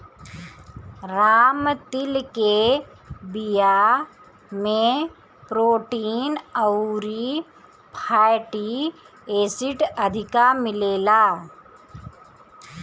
राम तिल के बिया में प्रोटीन अउरी फैटी एसिड अधिका मिलेला